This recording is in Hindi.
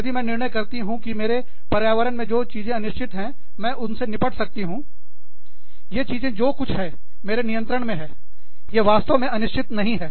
यदि मैं निर्णय करती हूँ कि मेरे पर्यावरण में जो चीजें अनिश्चित है मैं उनसे निपट सकता हूँ ये यह चीजें जो कुछ है मेरे नियंत्रण में है ये वास्तव में अनिश्चित नहीं है